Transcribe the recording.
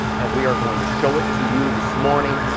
and we are going to show it to you this morning.